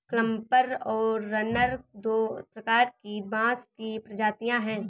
clumper और runner दो प्रकार की बाँस की प्रजातियाँ हैं